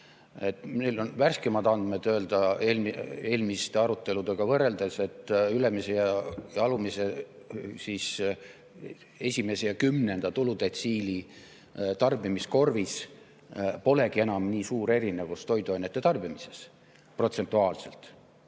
Meil on värskemad andmed öelda eelmiste aruteludega võrreldes, et ülemise ja alumise, esimese ja kümnenda tuludetsiili tarbimiskorvis polegi enam nii suur protsentuaalne erinevus toiduainete tarbimises. Absoluutselt